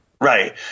Right